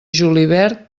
julivert